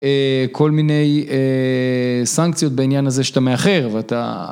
כל מיני סנקציות בעניין הזה שאתה מאחר ואתה